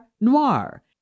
Noir